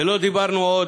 ולא דיברנו עוד,